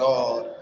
God